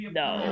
no